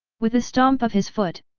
with a stomp of his foot,